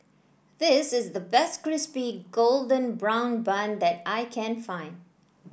this is the best Crispy Golden Brown Bun that I can find